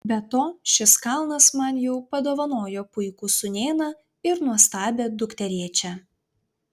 be to šis kalnas man jau padovanojo puikų sūnėną ir nuostabią dukterėčią